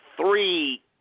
Three